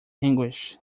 anguish